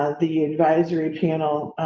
ah the advisory panel,